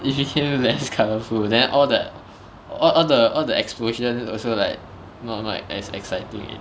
it became less colourful then all that all the all the explosion also like not not as exciting leh